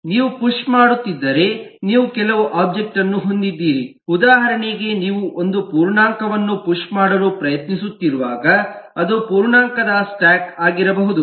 ನೀವು ಪುಶ್ ಮಾಡುತ್ತಿದ್ದರೆ ನೀವು ಕೆಲವು ಒಬ್ಜೆಕ್ಟ್ ಅನ್ನು ಹೊಂದಿದ್ದೀರಿ ಉದಾಹರಣೆಗೆ ನೀವು ಒಂದು ಪೂರ್ಣಾಂಕವನ್ನು ಪುಶ್ ಮಾಡಲು ಪ್ರಯತ್ನಿಸುತ್ತಿರುವಾಗ ಅದು ಪೂರ್ಣಾಂಕದ ಸ್ಟಾಕ್ ಆಗಿರಬಹುದು